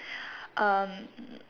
um